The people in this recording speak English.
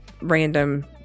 random